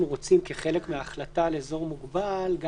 לגבי אזור מוגבל בוועדת השרים, או